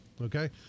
okay